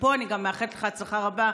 ומפה אני גם מאחלת לך הצלחה רבה.